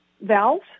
valves